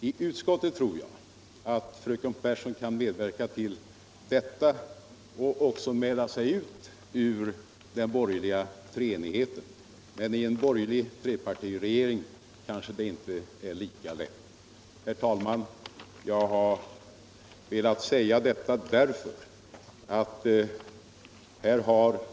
I utskottet tror jag att fröken Pehrsson kan medverka till detta och även mäila sig ut ur den borgerliga treenigheten. Men i en borgerlig trepartuiregering kanske det inte är Iika lätt. Herr talman! Jag har velat säga detta därför att.